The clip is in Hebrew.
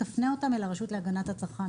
תפנה אותם אל הרשות להגנת הצרכן.